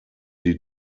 die